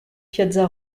piazza